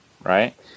right